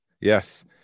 yes